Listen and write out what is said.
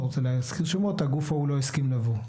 לא רוצה להזכיר שמות, הגוף ההוא לא הסכים לבוא.